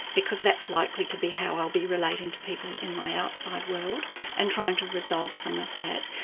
because that's likely to be how i'll be relating to people in my outside world and trying to resolve some of that.